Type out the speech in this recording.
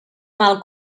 mal